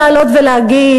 לעלות ולהגיד: